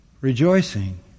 Rejoicing